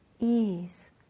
ease